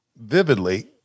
vividly